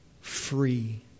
free